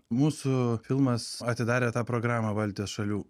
mūsų filmas atidarė tą programą baltijos šalių